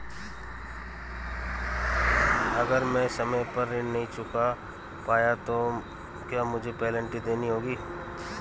अगर मैं समय पर ऋण नहीं चुका पाया तो क्या मुझे पेनल्टी देनी होगी?